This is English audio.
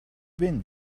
been